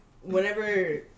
whenever